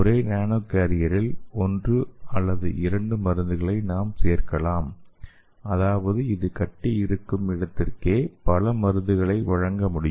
ஒரே நானோ கேரியரில் ஒன்று அல்லது இரண்டு மருந்துகளை நாம் சேர்க்கலாம் அதாவது இது கட்டி இருக்கும் இடத்திற்கே பல மருந்துகளை வழங்க முடியும்